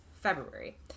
February